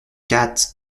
quatre